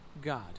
God